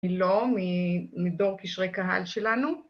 ‫היא לא מדור קשרי קהל שלנו.